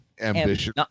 ambition